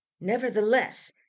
Nevertheless